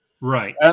Right